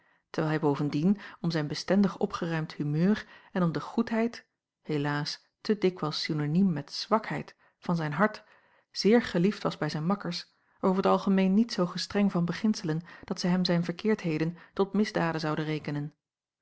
terwijl hij bovendien om zijn bestendig opgeruimd humeur en om de goedheid helaas te dikwijls synoniem met zwakheid van zijn hart zeer geliefd was bij zijn makkers over t algemeen niet zoo gestreng van beginselen dat zij hem zijn verkeerdheden tot misdaden zouden rekenen